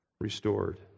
restored